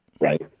right